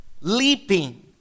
leaping